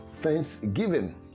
thanksgiving